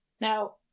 Now